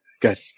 good